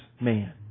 man